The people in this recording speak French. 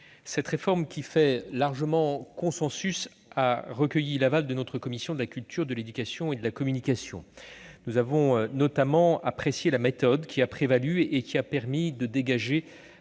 Cette réforme, qui fait largement consensus, a recueilli l'aval de notre commission de la culture, de l'éducation et de la communication. Nous avons notamment apprécié la méthode qui a prévalu et qui a permis de dégager